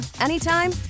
anytime